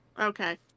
okay